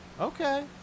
Okay